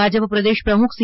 ભાજપ પ્રદેશ પ્રમુખ સી